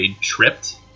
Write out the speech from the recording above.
tripped